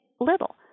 little